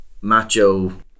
macho